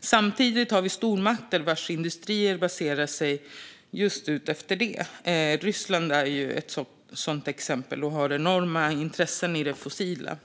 Samtidigt har vi stormakter vars industrier baserar sig just på detta. Ryssland är ett sådant exempel, och landet har enorma intressen i det fossila.